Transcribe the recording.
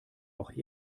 auch